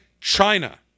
China